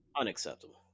Unacceptable